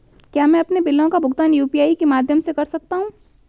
क्या मैं अपने बिलों का भुगतान यू.पी.आई के माध्यम से कर सकता हूँ?